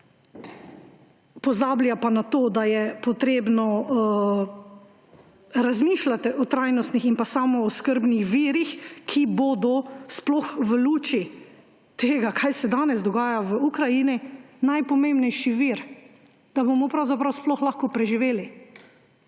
pozablja pa na to, da je potrebno razmišljati o trajnostnih in samooskrbnih virih, ki bodo sploh v luči tega, kaj se danes dogaja v Ukrajini, najpomembnejših vir, da bomo sploh lahko preživeli.